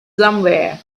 somewhere